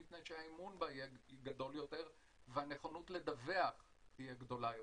מפני שהאמון בה יהיה גדול יותר והנכונות לדווח תהיה גדולה יותר.